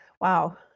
Wow